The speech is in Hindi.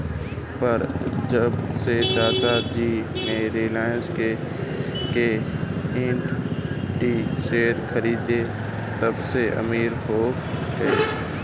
पर जब से चाचा जी ने रिलायंस के इक्विटी शेयर खरीदें तबसे अमीर हो गए